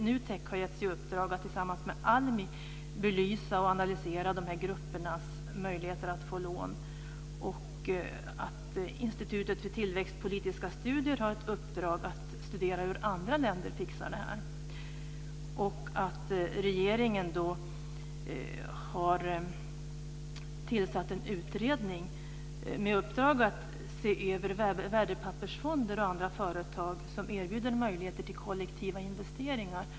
NUTEK har getts i uppdrag att tillsammans med ALMI belysa och analysera de här gruppernas möjligheter att få lån, och Institutet för tillväxtpolitiska studier har ett uppdrag att studera hur andra länder fixar det här. Regeringen har då tillsatt en utredning med uppdrag att se över värdepappersfonder och andra företag som erbjuder möjligheter till kollektiva investeringar.